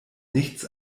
nichts